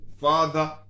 Father